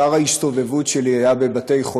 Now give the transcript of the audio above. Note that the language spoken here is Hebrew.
עיקר ההסתובבות שלי הייתה בבתי-חולים,